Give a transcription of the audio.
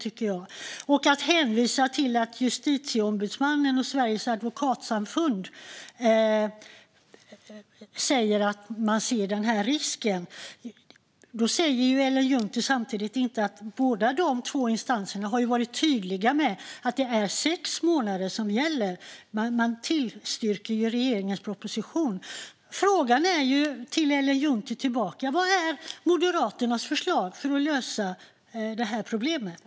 Ellen Juntti hänvisar till att Justitieombudsmannen och Sveriges advokatsamfund säger att de ser en risk, men samtidigt säger Ellen Juntti inte att båda instanserna har varit tydliga med att det är sex månader som gäller. De tillstyrker regeringens proposition. Frågan tillbaka till Ellen Juntti är: Vad är Moderaternas förslag för att lösa problemet?